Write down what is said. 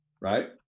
right